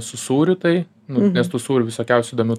su sūriu tai nu nes tų sūrių visokiausių įdomių